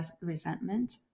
resentment